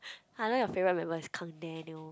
!huh! now your favourite member is Kang-Daniel